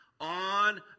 on